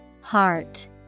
Heart